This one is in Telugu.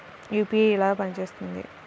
యూ.పీ.ఐ ఎలా పనిచేస్తుంది?